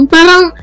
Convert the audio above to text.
Parang